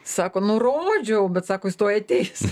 sako nu rodžiau bet sako jis tuoj ateis